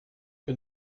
que